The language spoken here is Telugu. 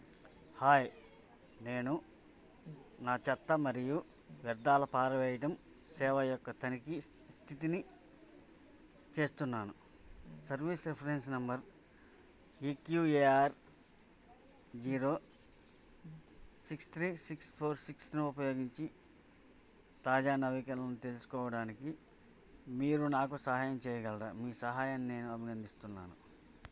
హాయ్ నేను నా చెత్త మరియు వ్యర్థాల పారవేయడం సేవ యొక్క తనిఖీ స్థితిని చేస్తున్నాను service reference number EQAR zero six three six four సిక్స్ను ఉపయోగించి తాజా నవీకరణలను తెలుసుకోవడానికి మీరు నాకు సహాయం చెయ్యగలరా మీ సహాయాన్ని నేను అభినందిస్తున్నాను